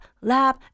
lab